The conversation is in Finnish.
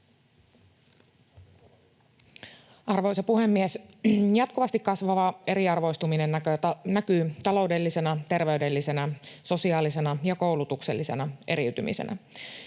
Arvoisa puhemies! Jatkuvasti kasvava eriarvoistuminen näkyy taloudellisena, terveydellisenä, sosiaalisena ja koulutuksellisena eriytymisenä.